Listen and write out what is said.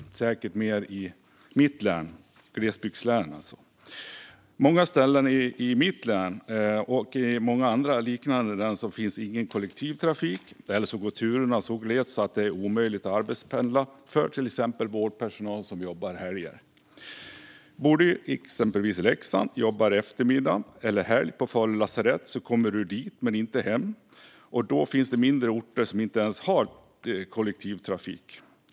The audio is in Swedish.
Det är säkert mer i mitt hemlän, som alltså är ett glesbygdslän. På många ställen i mitt hemlän och andra, liknande län finns det ingen kollektivtrafik, eller också går turerna så glest att det är omöjligt att arbetspendla för till exempel vårdpersonal som jobbar helg. Bor du i exempelvis Leksand och jobbar eftermiddag eller helg på Falu lasarett kommer du dit men inte hem. Det finns även mindre orter som inte ens har kollektivtrafik.